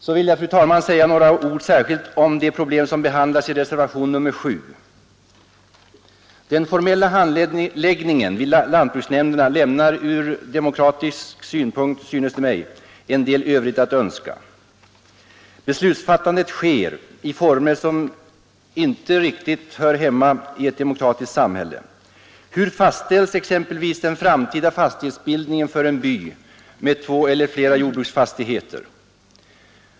Så vill jag, fru talman, säga några ord om de problem som behandlas i reservationen 7. Den formella handläggningen vid lantbruksnämnderna lämnar ur demokratisk synpunkt, synes det mig, en del övrigt att önska. Beslutsfattandet sker i former som inte riktigt hör hemma i ett demokratiskt samhälle. Hur fastställs exempelvis den framtida fastighetsbildningen för en by med två eller flera jordbruksfastigheter?